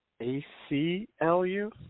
A-C-L-U